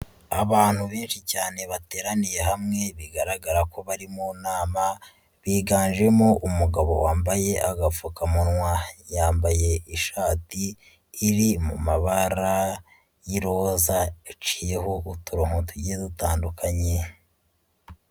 Abantu benshi cyane bateraniye hamwe bigaragara ko bari mu nama harimo umugabo wambaye agapfukamunwa. yambaye ishati iri mu mabara y'iroza iciyeho utubahomo tugiye dutandukanye.